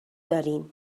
دارین